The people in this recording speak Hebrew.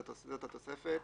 זאת התוספת,